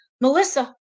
Melissa